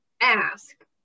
Ask